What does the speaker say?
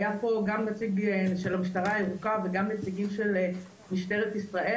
היה פה גם נציג של המשטרה הירוקה וגם נציגים של משטרת ישראל,